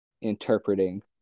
interpreting